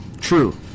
true